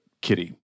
kitty